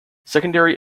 secondary